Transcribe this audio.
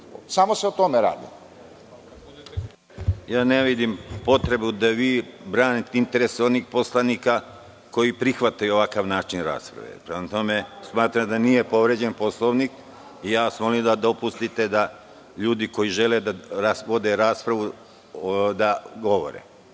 **Konstantin Arsenović** Ne vidim potrebu da vi branite interese onih poslanika koji prihvataju ovakav način rasprave. Prema tome, smatram da nije povređen Poslovnik i molim vas da dopustite ljudima koji žele da vode raspravu da govore.